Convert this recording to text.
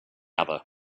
other